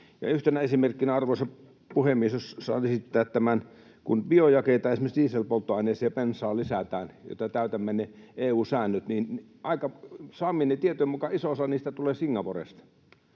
Yhtenä esimerkkinä, arvoisa puhemies, jos saan esittää tämän: Kun biojakeita esimerkiksi dieselpolttoaineisiin ja bensaan lisätään, jotta täytämme ne EU-säännöt, niin saamieni tietojen mukaan aika iso osa niistä tulee Singaporesta.